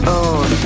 own